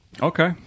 Okay